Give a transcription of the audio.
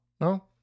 No